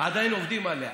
עדיין עובדים עליה.